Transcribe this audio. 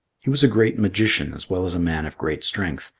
he was a great magician as well as a man of great strength,